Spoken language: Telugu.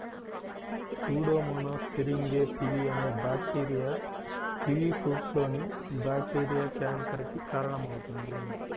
సూడోమోనాస్ సిరింగే పివి అనే బ్యాక్టీరియా కివీఫ్రూట్లోని బ్యాక్టీరియా క్యాంకర్ కి కారణమవుతుంది